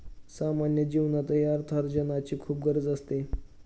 सामान्य जीवनातही अर्थार्जनाची खूप गरज असते